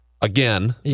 Again